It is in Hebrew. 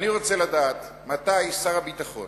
אני רוצה לדעת מתי שר הביטחון